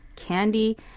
Candy